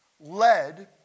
led